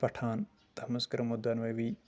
پٹھان تتھ منٛز کٔر یِمو دۄنوَےوی